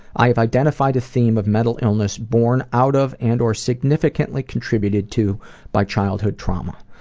i have identified a theme of mental illness born out of and or significantly contributed to by childhood trauma.